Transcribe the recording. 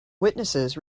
witnesses